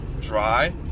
dry